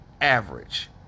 average